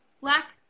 Black